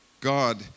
God